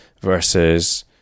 Versus